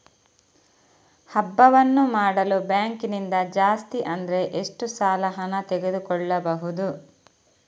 ಹಬ್ಬವನ್ನು ಮಾಡಲು ಬ್ಯಾಂಕ್ ನಿಂದ ಜಾಸ್ತಿ ಅಂದ್ರೆ ಎಷ್ಟು ಸಾಲ ಹಣ ತೆಗೆದುಕೊಳ್ಳಬಹುದು?